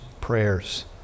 Prayers